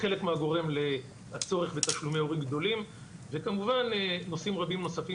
חלק מהגורם לצורך בתשלומי הורים גדולים וכמובן נושאים רבים נוספים